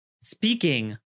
speaking